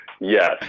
Yes